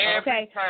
Okay